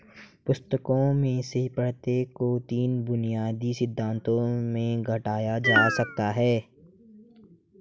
पुस्तकों में से प्रत्येक को तीन बुनियादी सिद्धांतों में घटाया जा सकता है